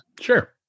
Sure